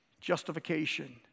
justification